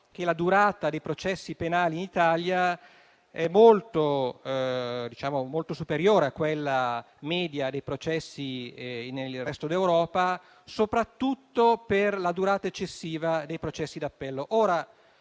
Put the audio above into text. che la durata dei processi penali in Italia è molto, molto superiore a quella media dei processi nel resto d'Europa, soprattutto per la durata eccessiva dei processi d'appello.